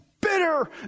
bitter